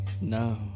No